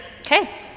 Okay